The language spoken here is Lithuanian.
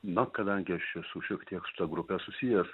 na kadangi aš esu šiek tiek su ta grupe susijęs